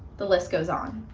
the list goes on,